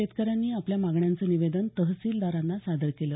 शेतकऱ्यांनी आपल्या मागण्यांचं निवेदन तहसीलदारांना सादर केलं